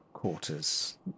quarters